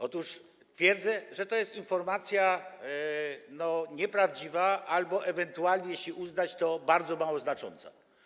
Otóż twierdzę, że to jest informacja nieprawdziwa albo ewentualnie, jeśli to uznamy, bardzo mało znacząca.